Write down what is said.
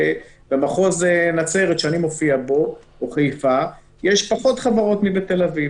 במחוז נצרת שאני מופיע בו או בחיפה יש פחות חברות מאשר בתל אביב,